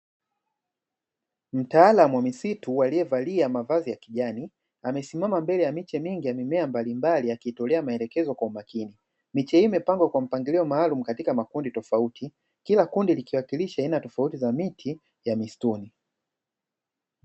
Mtaalamu wa misitu aliyevalia mavazi ya kijani amesimama mbele ya miche mingi ya mimea mbalimbali, akiitolea maelezo kwa makini, miche hii imepangwa kwa mpangilio maalumu, katika makundi tofauti kila kundi likiwakilisha aina tofauti za miti ya mistuni.